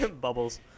Bubbles